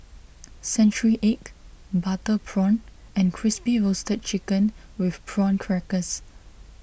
Century Egg Butter Prawn and Crispy Roasted Chicken with Prawn Crackers